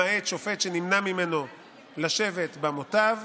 למעט שופט שנמנע ממנו לשבת במותב,